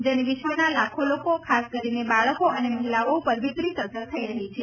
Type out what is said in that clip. જેની વિશ્વના લાખો લોકો ખાસ કરીને બાળકો અને મહિલાઓ ઉપર વિપરીત અસર થઈ રહી છે